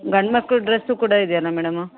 ಗಂಡು ಮಕ್ಳ ಡ್ರೆಸ್ಸು ಕೂಡ ಇದೆಯಲ್ಲ ಮೇಡಮ್